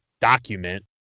document